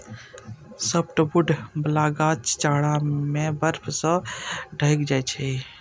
softwood बला गाछ जाड़ा मे बर्फ सं ढकि जाइ छै